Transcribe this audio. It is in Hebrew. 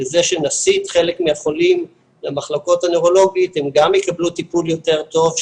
בזה שנסיט חלק מהחולים למחלקות הנוירולוגיה הם גם יקבלו טיפול יותר טוב,